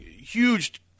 huge